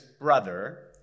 brother